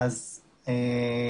את שאלת הצורך.